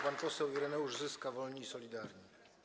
Pan poseł Ireneusz Zyska, Wolni i Solidarni.